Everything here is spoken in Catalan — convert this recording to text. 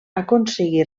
aconseguí